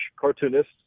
cartoonists